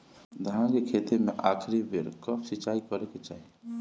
धान के खेती मे आखिरी बेर कब सिचाई करे के चाही?